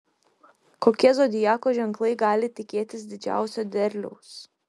kokie zodiako ženklai gali tikėtis didžiausio derliaus